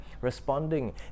responding